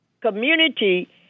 community